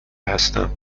هستم